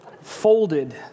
folded